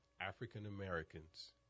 African-Americans